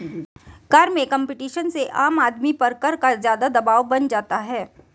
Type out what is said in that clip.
कर में कम्पटीशन से आम आदमी पर कर का ज़्यादा दवाब बन जाता है